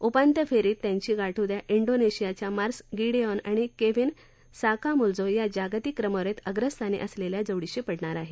उपांत्य फेरीत त्यांची गाठ उद्या इंडोनेशियाच्या मार्कस गिडेऑन आणि केव्हीन साकामुल्जो या जागतिक क्रमवारीत अग्रस्थानी असलेल्या जोडीशी पडणार आहे